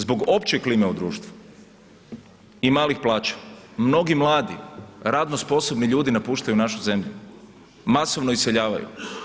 Zbog opće klime u društvu i malih plaća mnogi mladi, radno sposobni ljudi napuštaju našu zemlju, masovno iseljavaju.